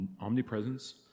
omnipresence